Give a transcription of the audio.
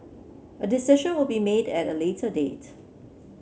a decision will be made at a later date